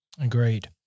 Agreed